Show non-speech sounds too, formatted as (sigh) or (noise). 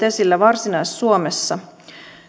(unintelligible) esillä varsinais suomessa